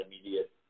immediate